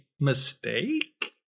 mistake